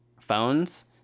phones